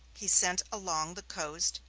he sent along the coast,